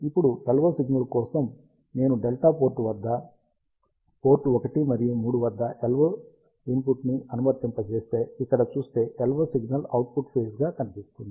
ఇప్పుడు LO signal కోసం నేను డెల్టా పోర్ట్ వద్ద పోర్ట్ ఒకటి మరియు మూడు వద్ద LO ఇన్పుట్ ని అనువర్తింపజేస్తే ఇక్కడ చూస్తే LO signal out of phase గా కనిపిస్తుంది